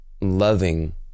loving